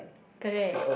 correct